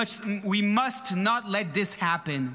We must not let this happen.